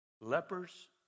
lepers